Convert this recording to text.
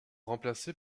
remplacés